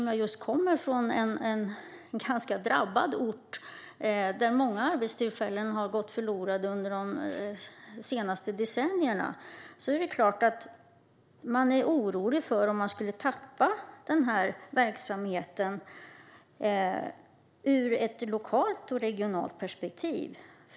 Jag kommer från en ganska drabbad ort, där många arbetstillfällen har gått förlorade under de senaste decennierna. Det är klart att man är orolig för att tappa denna verksamhet - ur ett lokalt och ett regionalt perspektiv.